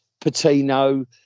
Patino